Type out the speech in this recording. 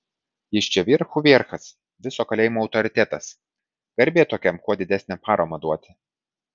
jis čia vierchų vierchas viso kalėjimo autoritetas garbė tokiam kuo didesnę paramą duoti